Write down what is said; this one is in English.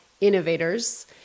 Innovators